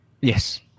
Yes